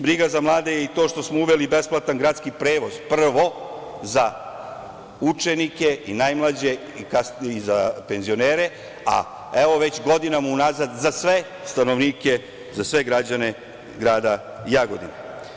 Briga za mlade je i to što smo uveli besplatan gradski prevoz, prvo za učenike i najmlađe i kasnije za penzionere, a evo, već godinama unazad za sve stanovnike, za sve građane grada Jagodine.